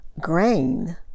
grain